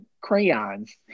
crayons